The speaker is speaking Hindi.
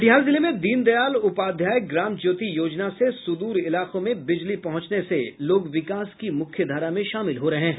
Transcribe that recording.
कटिहार जिले में दीनदयाल उपाध्याय ग्राम ज्योति योजना से सुदूर इलाकों में बिजली पहुंचने से लोग विकास की मुख्यधारा में शामिल हो रहे हैं